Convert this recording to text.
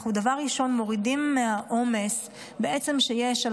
דבר ראשון אנחנו מורידים מהעומס שיש על